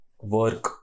work